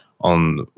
on